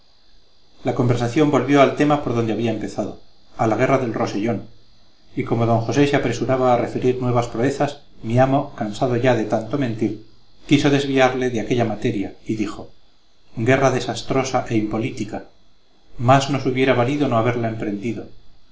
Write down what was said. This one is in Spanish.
la conversación volvió al tema por donde había empezado a la guerra del rosellón y como d josé se apresurara a referir nuevas proezas mi amo cansado ya de tanto mentir quiso desviarle de aquella materia y dijo guerra desastrosa e impolítica más nos hubiera valido no haberla emprendido